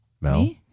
Mel